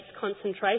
concentration